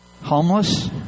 homeless